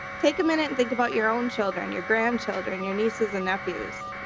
take a minute and think about your own children your grandchildren your nieces and nephews.